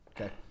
Okay